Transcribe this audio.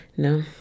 No